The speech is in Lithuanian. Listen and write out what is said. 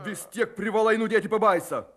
vis tiek privalai nudėti pabaisą